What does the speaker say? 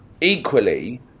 equally